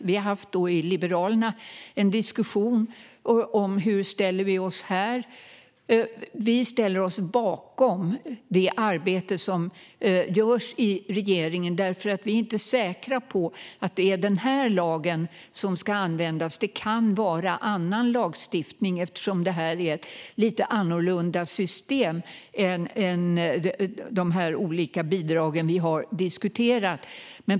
Vi har haft en diskussion i Liberalerna om hur vi ställer oss till detta. Vi ställer oss bakom det arbete som görs i regeringen, för vi är inte säkra på att det är den här lagen som ska användas. Det kan vara annan lagstiftning som ska till, eftersom det här är ett lite annorlunda system jämfört med de olika bidrag vi har diskuterat.